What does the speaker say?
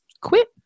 quit